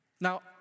now